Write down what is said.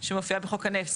שמופיעה בחוק הנפט.